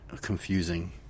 confusing